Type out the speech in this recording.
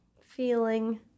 feeling